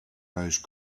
rose